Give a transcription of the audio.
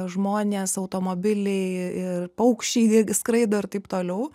žmonės automobiliai ir paukščiai irgi skraido ir taip toliau